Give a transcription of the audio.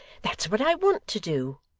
that's what i want to do